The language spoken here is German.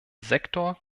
sektor